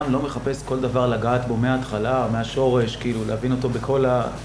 לא מחפש כל דבר לגעת בו מההתחלה, מהשורש, כאילו להבין אותו בכל ה...